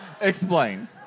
Explain